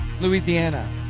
Louisiana